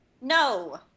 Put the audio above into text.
No